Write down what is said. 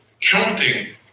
counting